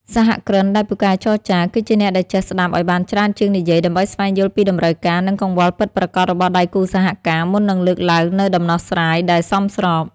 សហគ្រិនដែលពូកែចរចា គឺជាអ្នកដែលចេះស្ដាប់ឱ្យបានច្រើនជាងនិយាយ ដើម្បីស្វែងយល់ពីតម្រូវការ និងកង្វល់ពិតប្រាកដរបស់ដៃគូសហការ មុននឹងលើកឡើងនូវដំណោះស្រាយដែលសមស្រប។